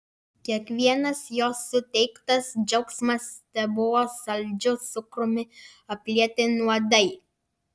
kiekvienas jo suteiktas džiaugsmas tebuvo saldžiu cukrumi aplieti nuodai